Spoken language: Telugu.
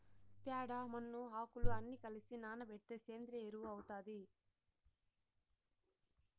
ప్యాడ, మన్ను, ఆకులు అన్ని కలసి నానబెడితే సేంద్రియ ఎరువు అవుతాది